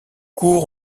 cour